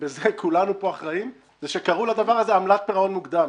ובזה כולנו אחראים זה שקראו לדבר הזה "עמלת פירעון מוקדם".